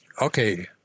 okay